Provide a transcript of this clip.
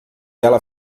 ela